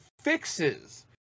fixes